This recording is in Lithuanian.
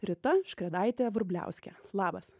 rita škvedaitė vrubliauskė labas